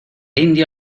indio